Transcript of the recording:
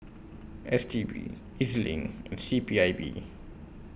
S T B E Z LINK and C P I B